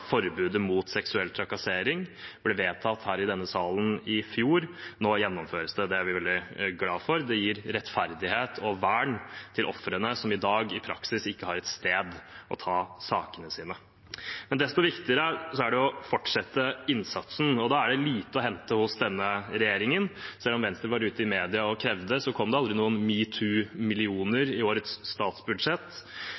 forbudet mot seksuell trakassering. Det ble vedtatt her i denne salen i fjor. Nå gjennomføres det. Det er vi veldig glade for. Det gir rettferdighet og vern til ofrene, som i dag i praksis ikke har et sted å ta sakene sine. Desto viktigere er det å fortsette innsatsen, og da er det lite å hente hos denne regjeringen. Selv om Venstre var ute i media og krevde det, kom det aldri noen